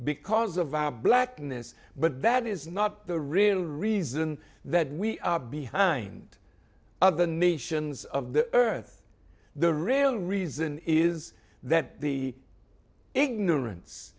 because of our blackness but that is not the real reason that we are behind other nations of the earth the real reason is that the ignorance